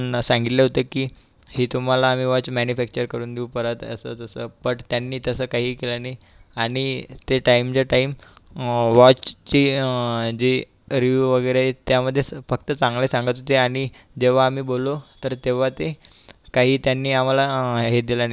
ना सांगितलं होतं की हे तुम्हाला आम्ही वॉच मॅनिफॅक्चर करून देऊ परत असं तसं बट त्यांनी तसं काहीही केलं नाही आणि ते टाईमच्या टाइम वॉचचे जे रिव्ह्यू वगैरे आहे त्यामध्येच फक्त चांगलं सांगत होते आणि जेव्हा आम्ही बोललो तर तेव्हा ते काहीही त्यांनी आम्हाला हे दिला नाही